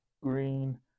green